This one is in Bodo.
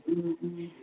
उम उम